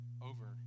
over